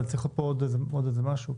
אבל צריך להיות פה עוד איזשהו משהו.